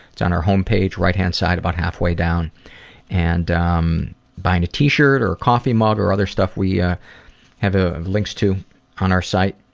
it's on our homepage, right hand side about halfway down and um buying a t-shirt or a coffee mug or other stuff we yeah have ah links to on our site.